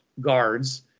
guards